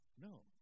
No